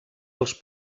els